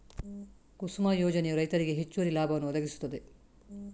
ಕುಸುಮ ಯೋಜನೆಯು ರೈತರಿಗೆ ಹೆಚ್ಚುವರಿ ಲಾಭವನ್ನು ಒದಗಿಸುತ್ತದೆ